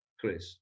Chris